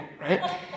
right